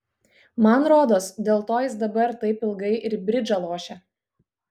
man rodos dėl to jis dabar taip ilgai ir bridžą lošia